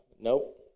nope